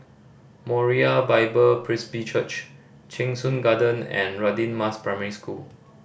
Moriah Bible Presby Church Cheng Soon Garden and Radin Mas Primary School